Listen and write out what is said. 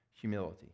Humility